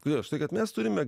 jo už tai kad mes turime